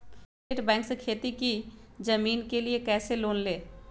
State bank से खेती की जमीन के लिए कैसे लोन ले?